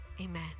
amen